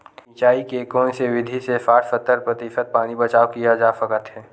सिंचाई के कोन से विधि से साठ सत्तर प्रतिशत पानी बचाव किया जा सकत हे?